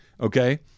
Okay